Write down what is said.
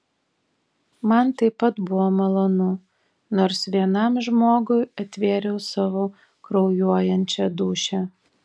man taip pat buvo malonu nors vienam žmogui atvėriau savo kraujuojančią dūšią